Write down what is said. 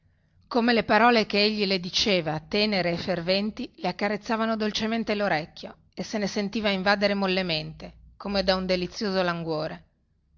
come le parole che egli le diceva tenere e ferventi le accarezzavano dolcemente lorecchio e se ne sentiva invadere mollemente come da un delizioso languore